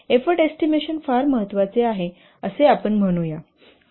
effort estimation फार महत्वाचे आहे असे आपण म्हणूया